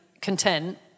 content